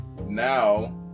now